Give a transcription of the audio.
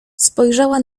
spojrzała